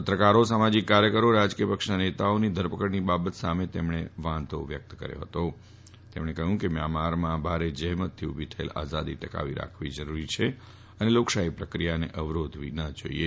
પત્રકારો સામાજિક કાર્યકરો રાજકીય પક્ષના નેતાઓની ધરપકડની બાબત સામે તેમણે વાંધી વ્યક્ત કર્યો તેમણે કહ્યું કે મ્યાનમારમાં ભારે જજેમતથી ઉભી થયેલ આઝાદી ટકાવી રાખવી જરૂરી છે અને લોકશાફી પ્રક્રિયાને અવરોધવી ન જાઈએ